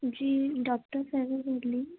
جی doctor صاحبہ بول رہی ہیں